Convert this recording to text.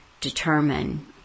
determine